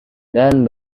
dan